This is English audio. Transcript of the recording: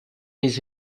his